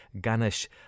Ganesh